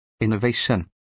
innovation